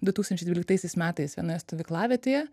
du tūkstančiai dvyliktaisiais metais vienoje stovyklavietėje